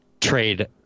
trade